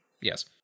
Yes